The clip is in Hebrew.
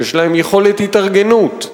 שיש להם יכולת התארגנות,